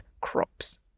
crops